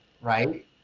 right